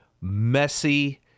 messy